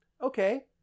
okay